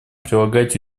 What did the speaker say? прилагать